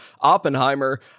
Oppenheimer